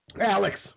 Alex